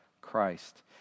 Christ